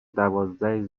دوازده